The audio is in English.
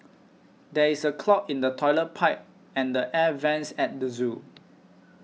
there is a clog in the Toilet Pipe and the Air Vents at the zoo